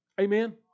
Amen